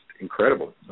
incredible